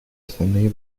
основные